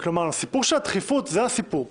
כלומר, הסיפור של הדחיפות זה הסיפור פה.